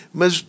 mas